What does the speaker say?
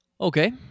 Okay